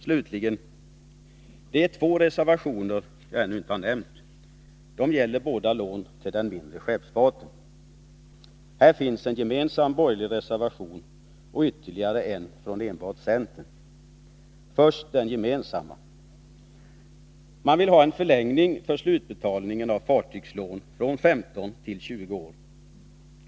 Slutligen vill jag nämna att det finns två reservationer som jag ännu inte berört. De gäller båda lån till den mindre skeppsfarten. Den ena är en gemensam borgerlig reservation och den andra en centerreservation. Den gemensamma reservationen går ut på att man vill ändra tidpunkten för slutbetalning av fartygslån så att lånetiden förlängs från 15 till 20 år.